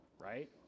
Right